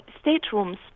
staterooms